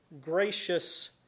gracious